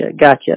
Gotcha